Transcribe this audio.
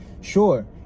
sure